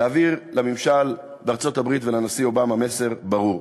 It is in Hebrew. להעביר לממשל בארצות-הברית ולנשיא אובמה מסר ברור: